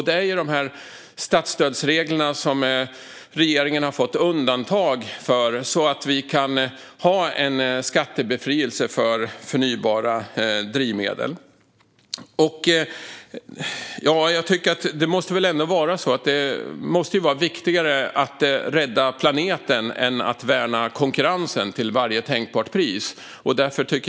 Det är dessa statsstödsregler som regeringen har fått undantag från för att vi ska kunna ha en skattebefrielse för förnybara drivmedel. Det måste ändå vara viktigare att rädda planeten än att till varje tänkbart pris värna konkurrensen.